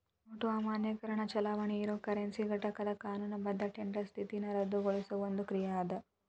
note ಅಮಾನ್ಯೇಕರಣ ಚಲಾವಣಿ ಇರೊ ಕರೆನ್ಸಿ ಘಟಕದ್ ಕಾನೂನುಬದ್ಧ ಟೆಂಡರ್ ಸ್ಥಿತಿನ ರದ್ದುಗೊಳಿಸೊ ಒಂದ್ ಕ್ರಿಯಾ ಅದ